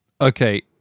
okay